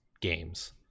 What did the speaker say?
games